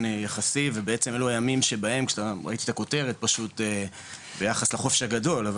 יחסי ובעצם אלו הימים שבהם כשאתה מריץ את הכותרת פשוט ביחס לחופש הגדול,